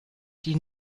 die